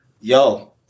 Yo